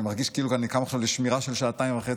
אני מרגיש כאילו אני קם עכשיו לשמירה של שעתיים וחצי,